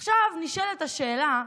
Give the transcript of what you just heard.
עכשיו, נשאלת השאלה: